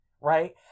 Right